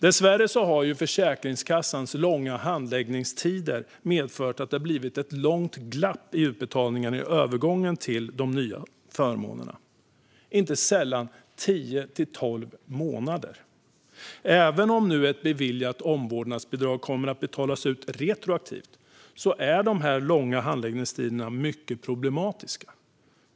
Dessvärre har Försäkringskassans långa handläggningstider i övergången till de nya förmånerna medfört att det har blivit ett långt glapp i utbetalningarna, inte sällan tio till tolv månader. Även om ett beviljat omvårdnadsbidrag kommer att betalas ut retroaktivt är de långa handläggningstiderna mycket problematiska.